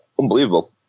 unbelievable